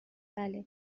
بله